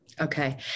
Okay